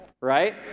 right